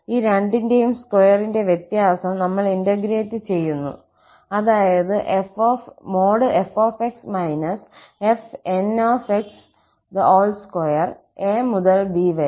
ഈ രണ്ടിന്റെയും സ്ക്വയറിന്റെ വ്യത്യാസം നമ്മൾ ഇന്റഗ്രേറ്റ് ചെയ്യുന്നു അതായത് fx fnx2 𝑎 മുതൽ b വരെ